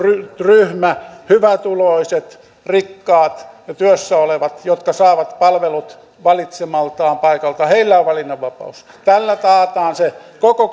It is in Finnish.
ryhmä hyvätuloiset rikkaat ja työssä olevat jotka saavat palvelut valitsemaltaan paikalta heillä on valinnanvapaus tällä taataan se koko